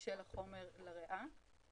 של החומר לריאה.